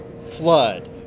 flood